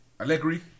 Allegri